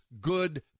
good